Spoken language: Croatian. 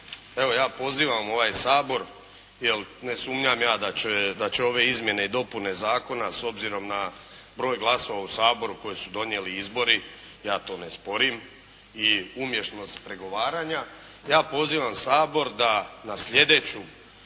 evo ja pozivam ovaj Sabor, jer ne sumnjam ja da će ove izmjene i dopune zakona s obzirom na broj glasova u Saboru koje su donijeli izbori, ja to ne sporim, i umješnost pregovaranja, ja pozivam Sabor da na sljedeću